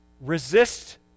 Resist